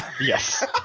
Yes